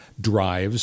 drives